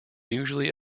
usually